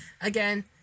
Again